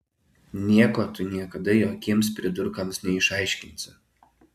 nieko tu niekada jokiems pridurkams neišaiškinsi